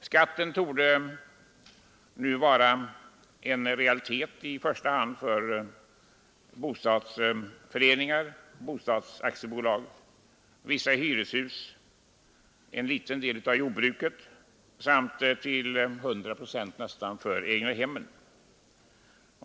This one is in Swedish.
Skatten torde nu vara en realitet i första hand när det gäller bostadsföreningar, bostadsaktiebolag, vissa hyreshus, en liten del av jordbruket samt till nästan 100 procent för egnahemmen.